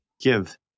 give